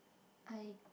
I